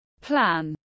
plan